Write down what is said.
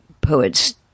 poets